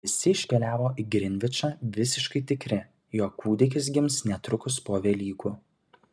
visi iškeliavo į grinvičą visiškai tikri jog kūdikis gims netrukus po velykų